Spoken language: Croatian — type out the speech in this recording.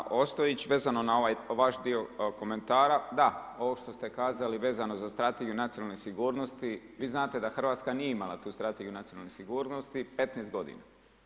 Kolega Ostojić, vezano na ovaj vaš dio komentara, da, ovo što se kazali vezano za Strategiju nacionalne sigurnosti, vi znate da Hrvatska nije imala tu strategiju nacionalne sigurnosti 15 godina.